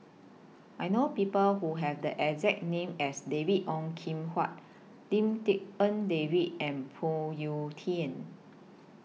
I know People Who Have The exact name as David Ong Kim Huat Lim Tik En David and Phoon Yew Tien